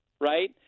right